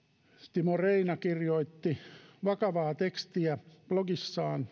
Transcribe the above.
timo reina kirjoitti vakavaa tekstiä blogissaan